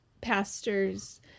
pastor's